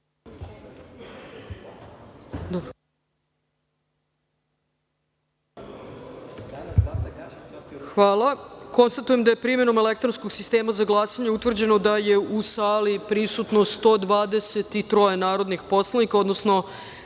kartice. Konstatujem da je primenom elektronskog sistema za glasanje utvrđeno da je su u sali prisutna 123 narodna poslanika, odnosno